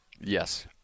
Yes